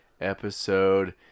episode